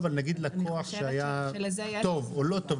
לא אבל נגיד לקוח שהיה טוב או לא טוב,